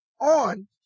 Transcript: on